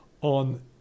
on